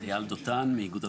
אייל דותן מאיגוד הבנקים.